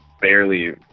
barely